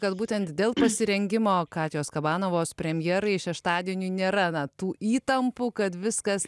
kad būtent dėl pasirengimo katijos kabanavos premjerai šeštadieniui nėra na tų įtampų kad viskas